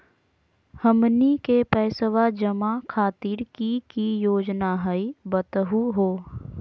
हमनी के पैसवा जमा खातीर की की योजना हई बतहु हो?